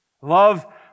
love